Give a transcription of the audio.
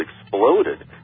exploded